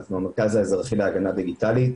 אנחנו עמותה של אזרחים להגנה דיגיטלית,